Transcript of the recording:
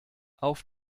auf